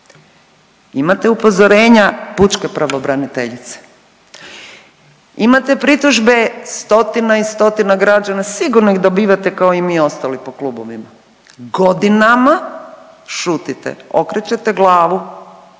Imate upozorenja pučke pravobraniteljice. Imate pritužbe stotina i stotina građana, sigurno ih dobivate kao i mi ostali po klubovima. Godinama šutite, okrećete glavu,